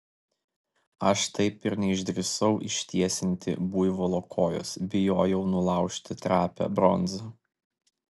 aš taip ir neišdrįsau ištiesinti buivolo kojos bijojau nulaužti trapią bronzą